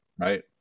right